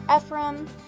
Ephraim